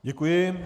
Děkuji.